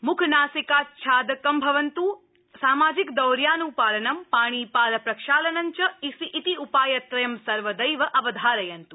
मुखनासिकाच्छाभवन्तु सामाजिकदौर्यानुपालनं पाणिपादप्रक्षालन ञ्च इति उपायत्रयं सर्वदैव अवधारयन्तु